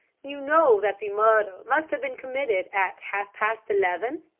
you know that the murder must have been committed at half-past eleven?